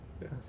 Yes